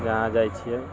जहाँ जाइत छियै